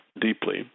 deeply